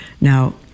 now